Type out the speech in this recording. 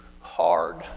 hard